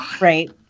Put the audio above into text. right